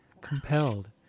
compelled